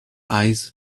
eyes